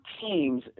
teams